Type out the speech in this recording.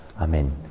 Amen